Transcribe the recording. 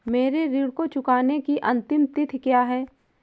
मेरे ऋण को चुकाने की अंतिम तिथि क्या है?